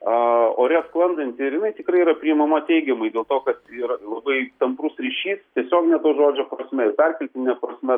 aaa ore sklandanti ir jinai tikrai yra priimama teigiamai dėl to kad ir labai tamprus ryšys tiesiogine to žodžio prasme ir perkeltine prasme